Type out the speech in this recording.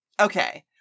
Okay